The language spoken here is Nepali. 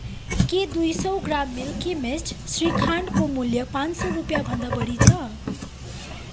के दुई सौ ग्राम मिल्की मिस्ट श्रीखाण्डको मूल्य पाँच सौ रुपियाँभन्दा बढी छ